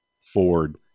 Ford